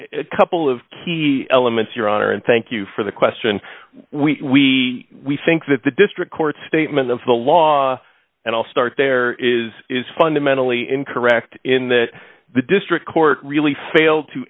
a couple of key elements your honor and thank you for the question we we think that the district court statement of the law and i'll start there is is fundamentally incorrect in that the district court really failed to